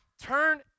turn